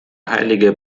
heilige